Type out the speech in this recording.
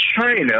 China